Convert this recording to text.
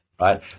right